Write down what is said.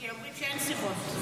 כי אומרים שאין שיחות.